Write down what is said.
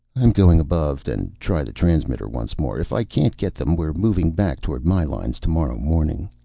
i'm going above and try the transmitter once more. if i can't get them we're moving back toward my lines tomorrow morning.